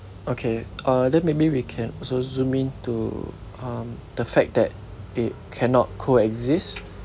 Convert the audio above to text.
okay uh then maybe we can also zoom in to um the fact that it cannot coexist